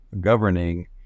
governing